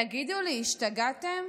תגידו לי, השתגעתם?